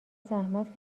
زحمت